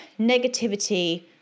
negativity